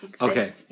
Okay